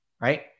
right